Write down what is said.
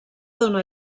dóna